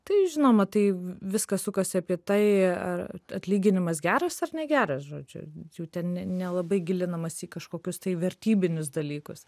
tai žinoma tai viskas sukasi apie tai ar atlyginimas geras ar negeras žodžiu ten nelabai gilinamasi į kažkokius tai vertybinius dalykus